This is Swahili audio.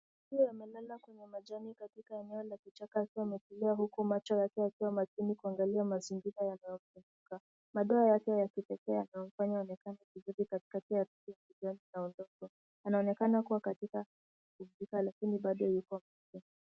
Chui amelala kwenye majani katika eneo la kichaka akiwa ametulia huku macho yake yakiwa makini kuangalia mazingira yanayomzunguka. Madoa yake ya kipekee yanamfanya aonekane vizuri katikati ya rangi ya kijani na hudhurungi. Anaonekana kuwa katika pumzika lakini bado yuko macho.